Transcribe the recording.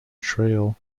trail